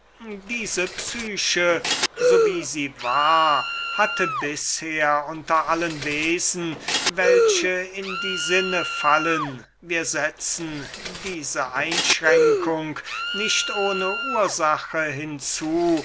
diese psyche so wie sie war hatte bisher unter allen wesen welche in die sinne fallen wir setzen diese einschränkung nicht ohne ursach